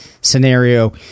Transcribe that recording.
scenario